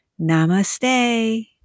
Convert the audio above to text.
Namaste